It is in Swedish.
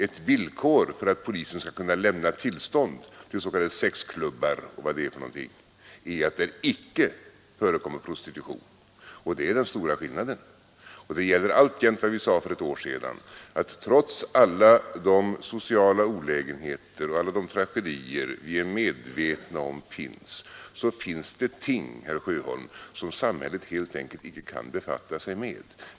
Ett villkor för att polisen skall kunna lämna tillstånd till s.k. sexklubbar och vad det är för någonting är att det icke förekommer prostitution. Det är den stora skillnaden. Alltjämt gäller vad vi sade för ett år sedan, nämligen att trots alla de sociala olägenheter och alla de tragedier som vi är medvetna om så finns det ting, herr Sjöholm, som samhället helt enkelt icke kan befatta sig med.